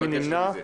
מי נמנע?